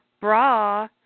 bra